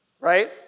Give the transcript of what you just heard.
right